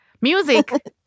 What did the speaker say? Music